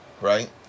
right